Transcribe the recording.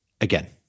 again